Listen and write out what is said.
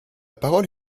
parole